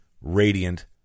radiant